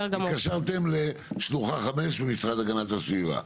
התקשרתם לשלוחה 5 במשרד להגנת הסביבה.